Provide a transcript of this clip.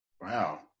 Wow